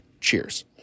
Cheers